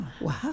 Wow